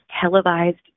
televised